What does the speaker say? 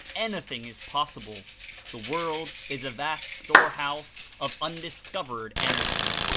any thing is possible the world is a vast storehouse of un discovered energy.